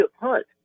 hunt